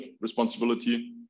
responsibility